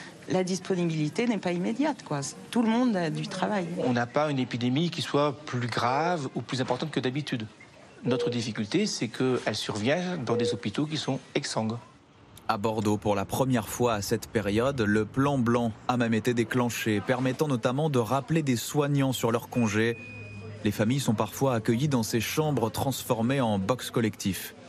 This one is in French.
La disponibilité n'est pas immédiate, quoi. Tout le monde a du travail. On n'a pas une épidémie qui soit plus grave ou plus importante que d'habitude. Notre difficulté, c'est que elle survient dans des hôpitaux qui sont exsangues. À Bordeaux, pour la première fois à cette période, le plan blanc a même été déclenché, permettant notamment de rappeler des soignants sur leurs congés. Les familles sont parfois accueillies dans ces chambres transformées en box collectif.